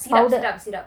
powder